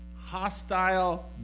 hostile